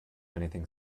anything